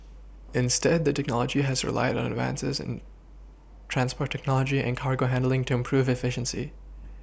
instead the did knowledge has relied on advances in transport technology and cargo handling to improve efficiency